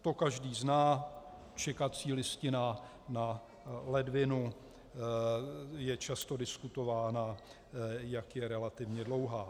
To každý zná čekací listina na ledvinu je často diskutována, jak je relativně dlouhá.